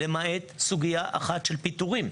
למעט סוגיה אחת של פיטורים.